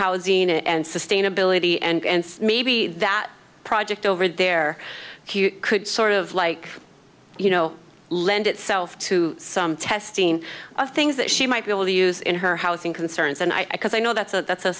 housing and sustainability and maybe that project over there could sort of like you know lend itself to some testing of things that she might be able to use in her housing concerns and i cause i know that's a that's a